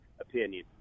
Opinion